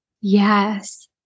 Yes